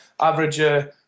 average